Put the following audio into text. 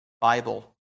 Bible